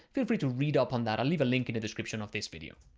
feel free to read up on that. i'll leave a link in the description of this video.